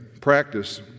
practice